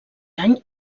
any